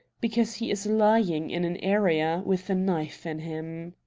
because he is lying in an area, with a knife in him!